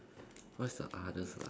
what's the hardest lah